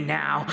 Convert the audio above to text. now